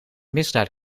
misdaad